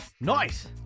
Nice